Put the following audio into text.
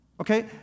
Okay